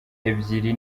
ebyiri